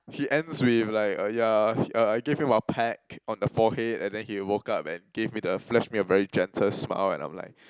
he ends with like uh ya uh I gave him a peck on the forehead and then he woke up and gave me the flash me a very gentle smile and I'm like